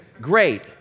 Great